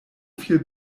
viel